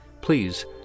please